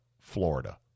Florida